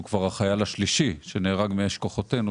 הוא כבר החייל השלישי שנהרג מאש כוחותינו.